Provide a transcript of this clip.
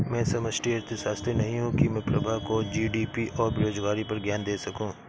मैं समष्टि अर्थशास्त्री नहीं हूं की मैं प्रभा को जी.डी.पी और बेरोजगारी पर ज्ञान दे सकूं